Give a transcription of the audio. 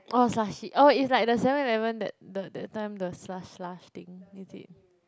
oh slushie oh is like the seven eleven that the that time the slush slush thing is it